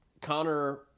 Connor